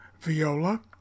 viola